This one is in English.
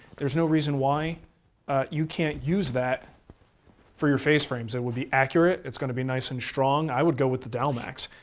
there's no reason why you can't use that for your face frames. it will be accurate, it's going to be nice and strong. i would go with the dowelmax.